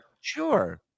Sure